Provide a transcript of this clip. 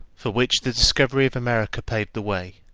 for which the discovery of america paved the way.